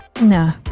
No